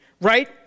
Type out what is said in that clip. right